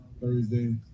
Thursday